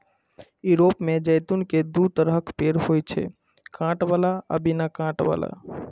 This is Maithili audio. यूरोप मे जैतून के दू तरहक पेड़ होइ छै, कांट बला आ बिना कांट बला